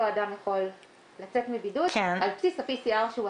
אותו אדם יכול לצאת מבידוד על בסיס PCR שהוא עשה.